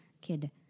Kid